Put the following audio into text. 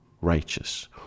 righteous